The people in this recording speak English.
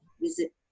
visit